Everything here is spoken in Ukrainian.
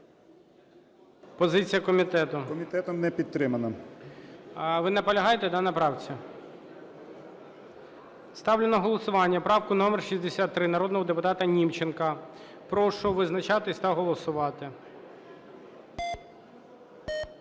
БОЖИК В.І. Комітетом не підтримана. ГОЛОВУЮЧИЙ. Ви наполягаєте на правці? Ставлю на голосування правку номер 63 народного депутата Німченка. Прошу визначатися та голосувати.